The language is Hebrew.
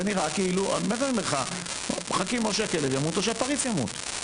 זה נראה כאילו מחכים או שהכלב ימות או שהפריץ ימות.